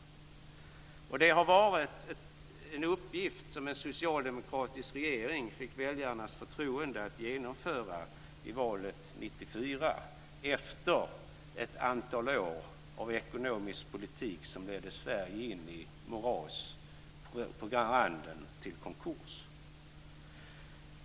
Det har varit en uppgift som en socialdemokratisk regering fick väljarnas förtroende att genomföra i valet 1994 efter ett antal år av ekonomisk politik som ledde Sverige in i ett moras, på randen till konkurs.